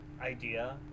idea